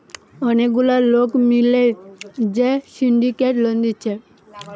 অনেক গুলা লোক মিলে যে সিন্ডিকেট লোন দিচ্ছে